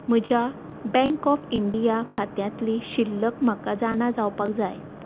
म्हज्या bank of India खात्यांतली शिल्लक म्हाका जाणा जावपाक जाय